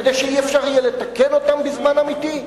כדי שלא יהיה אפשר לתקן אותן בזמן אמיתי?